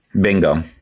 Bingo